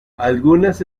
algunas